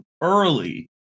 early